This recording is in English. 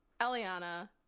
Eliana